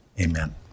Amen